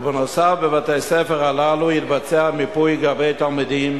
ובנוסף, בבתי-הספר הללו יתבצע מיפוי לגבי תלמידים